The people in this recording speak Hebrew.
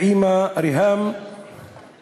האימא ריהאם (אומר בערבית: